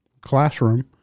classroom